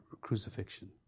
crucifixion